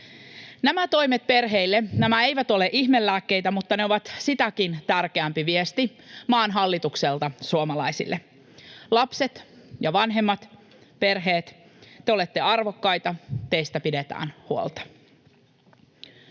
Nämä toimet perheille, nämä eivät ole ihmelääkkeitä, mutta ne ovat sitäkin tärkeämpi viesti maan hallitukselta suomalaisille: lapset ja vanhemmat, perheet, te olette arvokkaita, teistä pidetään huolta.